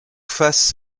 face